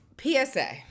PSA